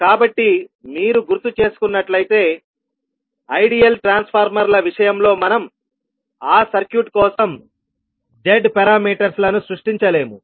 కాబట్టి మీరు గుర్తు చేసుకున్నట్లయితే ఐడియల్ ట్రాన్స్ఫార్మర్ల విషయంలో మనం ఆ సర్క్యూట్ కోసం z పారామీటర్స్ను సృష్టించలేము